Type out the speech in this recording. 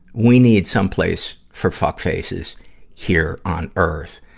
we need some place for fuckfaces here on earth.